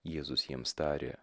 jėzus jiems tarė